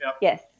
Yes